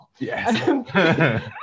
Yes